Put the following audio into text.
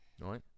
Right